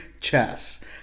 Chess